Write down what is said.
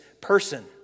person